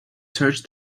search